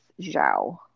Zhao